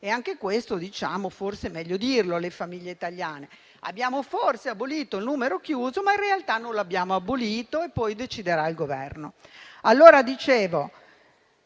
Anche questo, forse, è meglio dirlo alle famiglie italiane: abbiamo forse abolito il numero chiuso, ma in realtà non lo abbiamo abolito e poi deciderà il Governo. Dicevo